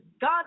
God